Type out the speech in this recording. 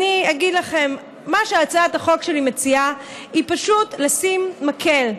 אני אגיד לכם: מה שהצעת החוק שלי מציעה זה פשוט לשים מקל: